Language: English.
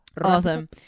Awesome